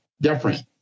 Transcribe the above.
different